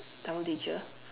Tamil teacher